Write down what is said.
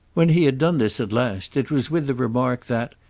when he had done this at last it was with the remark that,